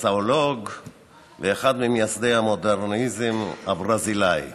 מסאי ואחד ממייסדי המודרניזם הברזילאי.